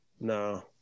No